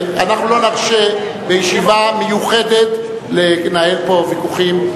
אנחנו לא נרשה בישיבה מיוחדת לנהל פה ויכוחים.